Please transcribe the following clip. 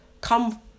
come